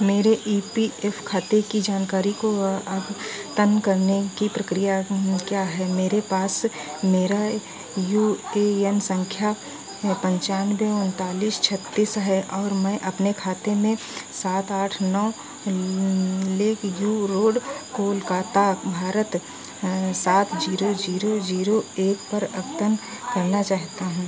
मेरे E P F खाते की जानकारी को वा अद्यतन करने की प्रक्रिया क्या है मेरे पास मेरा ए यू ए एन सँख्या है पन्चानवे उनतालीस छत्तीस है और मैं अपने खाते में सात आठ नौ lake view road Kolkata Bharat सात ज़ीरो ज़ीरो ज़ीरो एक पर अद्यतन करना चाहता हूँ